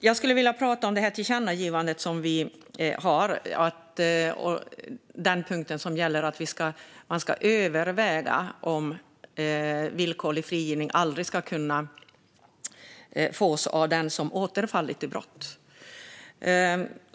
Jag skulle vilja prata om vårt tillkännagivande, närmare bestämt punkten om att man ska överväga att villkorlig frigivning aldrig ska kunna fås av den som återfallit i brott.